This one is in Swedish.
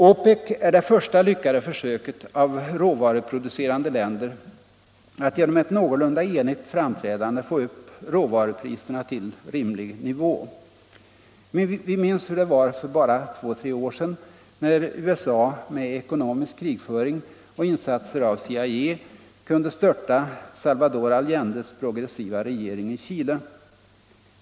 OPEC är det första lyckade försöket av råvaruproducerande länder att genom ett någorlunda enigt framträdande få upp råvarupriserna till en rimlig nivå. Vi minns hur det var för bara två tre år sedan när USA med ekonomisk krigföring och insatser av CIA kunde störta Salvador Allendes progressiva regering i Chile.